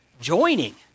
joining